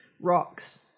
rocks